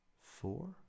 four